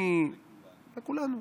מי זה "כולנו"?